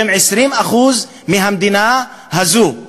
שהם 20% מהמדינה הזאת.